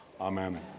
Amen